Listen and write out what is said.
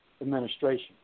administration